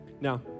Now